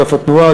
אגף התנועה,